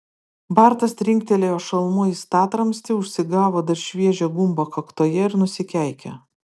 bartas trinktelėjo šalmu į statramstį užsigavo dar šviežią gumbą kaktoje ir nusikeikė